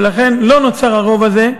ולכן לא נוצר הדבר הזה.